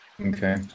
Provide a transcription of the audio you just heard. Okay